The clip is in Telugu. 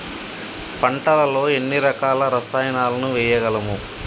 పంటలలో ఎన్ని రకాల రసాయనాలను వేయగలము?